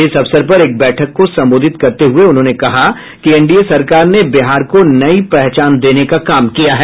इस अवसर पर एक बैठक को संबोधित करते हुये उन्होंने कहा कि एनडीए सरकार ने बिहार को नई पहचान देने का काम किया है